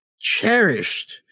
cherished